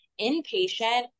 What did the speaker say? inpatient